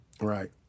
Right